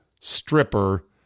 stripper